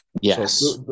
Yes